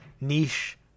niche